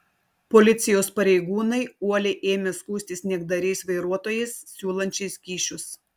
policijos pareigūnai uoliai ėmė skųstis niekdariais vairuotojais siūlančiais kyšius